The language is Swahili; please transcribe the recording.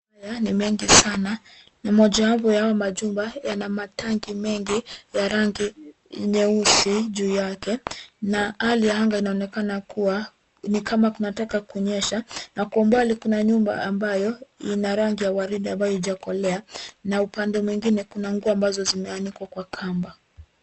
...haya ni mengi sana na mojawapo ya hayo majumba yana matangi ya rangi nyeusi juu yake na hali ya anga inaonekana kuwa ni kama kunataka kunyesha, na kwa mbali kuna nyumba mabayo ina rangi ya waridi ambayo haijakolea, Na upande mwingine kuna nguo ambazo zimeanikwa kwa kamba.